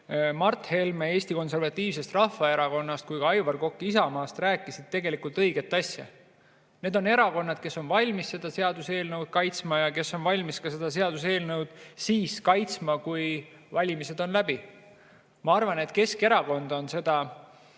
Mart Helme Eesti Konservatiivsest Rahvaerakonnast kui ka Aivar Kokk Isamaast rääkisid tegelikult õiget asja. Need on erakonnad, kes on valmis seda seaduseelnõu kaitsma ja kes on valmis seda seaduseelnõu kaitsma ka siis, kui valimised on läbi. Ma arvan, et Keskerakond on seda